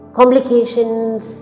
Complications